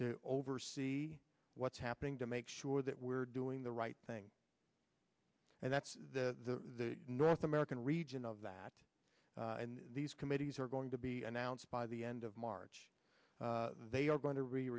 to oversee what's happening to make sure that we're doing the right thing and that's the north american region of that these committees are going to be announced by the end of march they are going to re